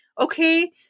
Okay